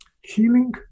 healing